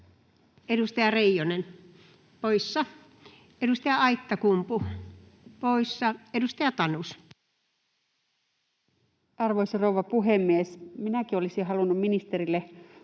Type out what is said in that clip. Edustaja Reijonen poissa, edustaja Aittakumpu poissa. — Edustaja Tanus. Arvoisa rouva puhemies! Minäkin olisin halunnut antaa ministerille